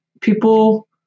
people